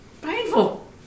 painful